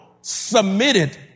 submitted